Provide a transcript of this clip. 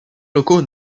locaux